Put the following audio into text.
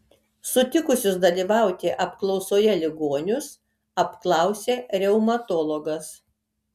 sutikusius dalyvauti apklausoje ligonius apklausė reumatologas